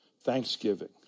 Thanksgiving